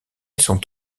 sont